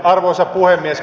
arvoisa puhemies